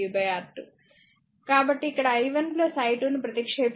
కాబట్టి ఇక్కడ i1 i2 ను ప్రతిక్షేపించండి